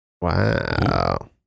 Wow